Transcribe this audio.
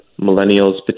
millennials